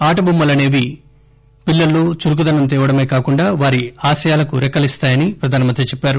ఆటబొమ్మలసేవి పిల్లల్లో చురుకుదనం తేవడమే కాకుండా వారి ఆశయాలకు రెక్కలిస్తాయని ప్రధానమంత్రి అన్నారు